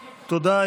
תודה.